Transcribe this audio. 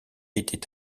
était